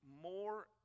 more